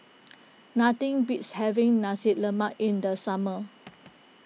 nothing beats having Nasi Lemak in the summer